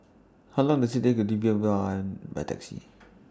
How Long Does IT Take to Viva By Taxi